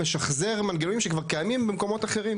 הוא גם משחזר מנגנונים שכבר קיימים במקומות אחרים.